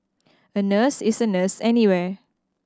a nurse is a nurse anywhere